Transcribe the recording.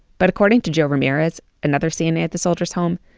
but according to joe ramirez, another cna at the soldiers' home,